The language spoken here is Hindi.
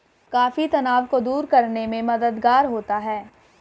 कॉफी तनाव को दूर करने में मददगार होता है